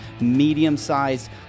medium-sized